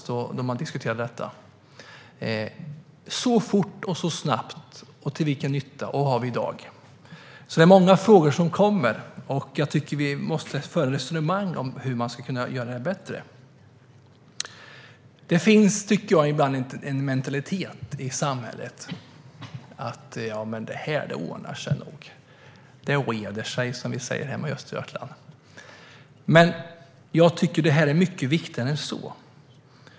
Det försvann så fort, och till vilken nytta? Och vad har vi i dag? Det är alltså många frågor som kommer. Jag tycker att vi måste föra ett resonemang om hur detta ska kunna bli bättre. Jag tycker att det ibland finns en mentalitet i samhället att detta nog ordnar sig. Det reder sig, som vi säger hemma i Östergötland. Men jag tycker att detta är mycket viktigare än så.